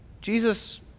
Jesus